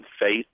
faith